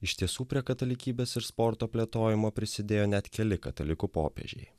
iš tiesų prie katalikybės ir sporto plėtojimo prisidėjo net keli katalikų popiežiai